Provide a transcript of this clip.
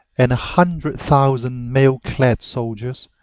and a hundred thousand mail-clad soldiers,